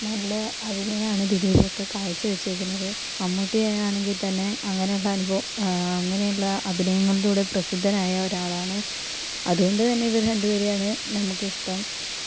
നല്ല അഭിനയമാണ് ദിലീപൊക്കെ കാഴ്ചവെച്ചിരിക്കുന്നത് മമ്മൂട്ടി ആണെങ്കിൽത്തന്നെ അങ്ങനെയുള്ള അനുഭവം അങ്ങനെയുള്ള അഭിനയങ്ങളിലൂടെ പ്രസിദ്ധനായ ഒരാളാണ് അതുകൊണ്ട് തന്നെ ഇവരെ രണ്ടു പേരെയാണ് നമുക്കിഷ്ടം